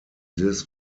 this